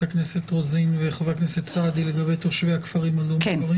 הכנסת רוזין וחבר הכנסת סעדי לגבי תושבי הכפרים הלא מוכרים?